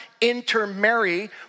intermarry